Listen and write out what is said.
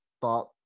thought